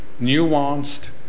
nuanced